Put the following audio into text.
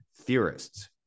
theorists